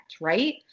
right